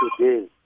today